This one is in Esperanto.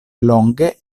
longe